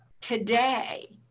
today